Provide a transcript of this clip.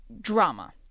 drama